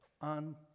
on